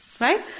Right